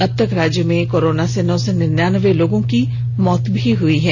अब तक राज्य में कोरोना से नौ सौ निन्यानबे लोगों की मौत हुई हैं